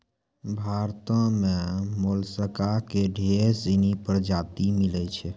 भारतो में मोलसका के ढेर सिनी परजाती मिलै छै